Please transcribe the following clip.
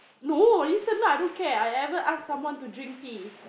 no listen lah I don't care I ever ask someone to drink tea